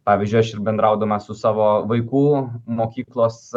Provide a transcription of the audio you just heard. pavyzdžiui aš ir bendraudamas su savo vaikų mokyklos